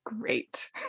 great